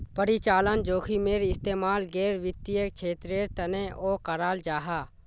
परिचालन जोखिमेर इस्तेमाल गैर वित्तिय क्षेत्रेर तनेओ कराल जाहा